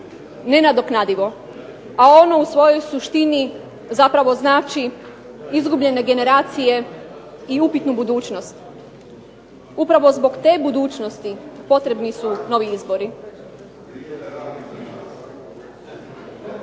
nenadoknadivo, a ono u svojoj suštini zapravo znači izgubljene generacije i upitnu budućnost. Upravo zbog te budućnosti potrebni su novi izbori.